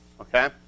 Okay